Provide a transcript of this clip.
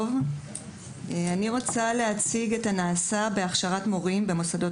אני רוצה להציג את הנעשה בהכשרת מורים במוסדות